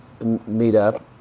meetup